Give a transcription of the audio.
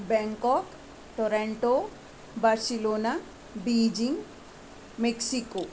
Bangkok Toronto Barcelona Beijing Mexico